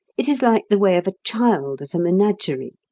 it is like the way of a child at a menagerie.